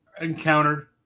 encountered